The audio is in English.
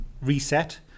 reset